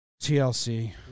TLC